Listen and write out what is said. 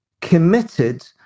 committed